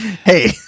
hey